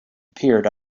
appeared